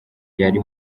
yari